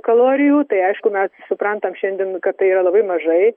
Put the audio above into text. kalorijų tai aišku mes suprantam šiandien kad tai yra labai mažai